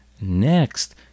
Next